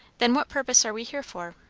then what purpose are we here for?